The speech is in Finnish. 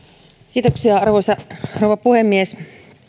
arvoisa rouva puhemies